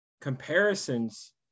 comparisons